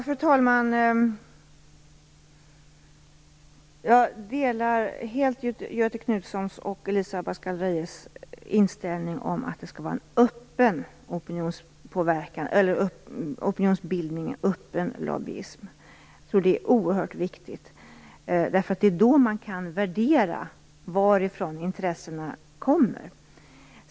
Fru talman! Jag delar helt Göthe Knutsons och Elisa Abascal Reyes inställning att vi skall ha en öppen opinionsbildning och en öppen lobbyism. Jag tror att det är oerhört viktigt. Det är nämligen då man kan värdera varifrån intressena kommer.